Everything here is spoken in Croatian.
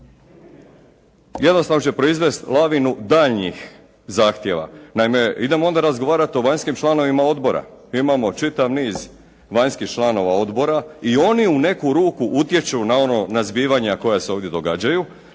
jednostavno će proizvesti lavinu daljnjih zahtjeva. Naime idemo onda razgovarati o vanjskim članovima odbora. Imamo čitav niz vanjskih članova odbora i oni u neku ruku utječu na ono, na zbivanja koja se ovdje događaju